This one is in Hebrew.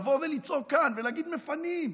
לבוא ולצעוק כאן ולהגיד: מפנים,